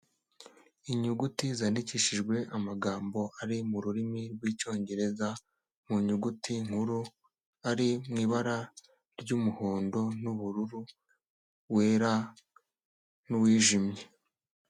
Inyuguti zandikishijwe amagambo ari mu rurimi rw'Icyongereza mu nyuguti nkuru, ari mu ibara ry'umuhondo n'ubururu wera n'uwijimye.